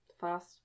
fast